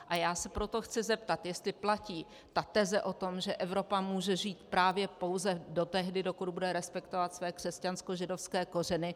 A já se proto chci zeptat, jestli platí ta teze o tom, že Evropa může žít právě pouze do tehdy, dokud bude respektovat své křesťanskožidovské kořeny.